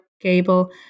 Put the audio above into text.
Gable